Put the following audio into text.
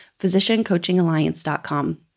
physiciancoachingalliance.com